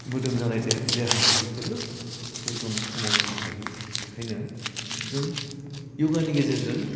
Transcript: मोदोम जानाय देहा बेफोरो अजन खमाव फैनो हायो बेखायनो जों य'गानि गेजेरजों